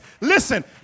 Listen